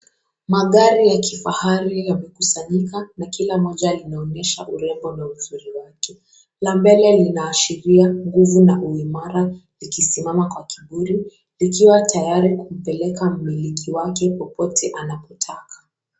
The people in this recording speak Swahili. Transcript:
Magari ya kifahari yamekusanyika na kila moja linaonyesha urembo na uzuri wake. La mbele linaashiria nguvu na uimara likisimama kwa kivuli likiwa tayari kumpeleka mmiliki wake popote anapotaka.